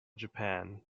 japan